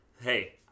Hey